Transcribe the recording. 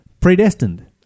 predestined